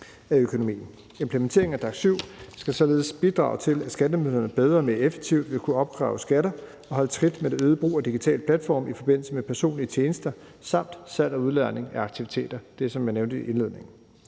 af økonomien. Implementeringen af DAC7 skal således bidrage til, at skattemyndighederne bedre og mere effektivt vil kunne opkræve skatter og holde trit med det øgede brug af digitale platforme i forbindelse med personlige tjenester samt salg og udlejning af aktiviteter – det, som jeg nævnte i indledningen.